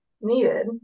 needed